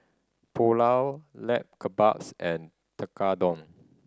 Pulao Lamb Kebabs and Tekkadon